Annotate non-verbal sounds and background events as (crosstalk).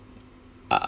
(noise)